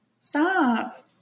Stop